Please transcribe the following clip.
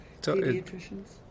pediatricians